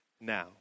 now